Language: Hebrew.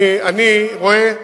אני רואה,